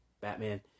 Batman